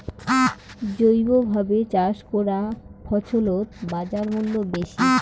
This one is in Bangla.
জৈবভাবে চাষ করা ফছলত বাজারমূল্য বেশি